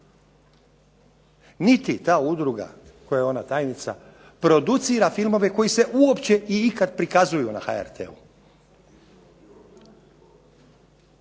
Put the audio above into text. niti ta udruga kojoj je ona tajnica producira filmove koji se uopće i ikad prikazuju na HRT-u.